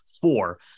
four